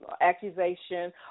accusation